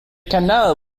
canal